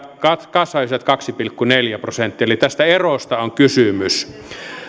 kasvaisivat kaksi pilkku neljä prosenttia eli tästä erosta on kysymys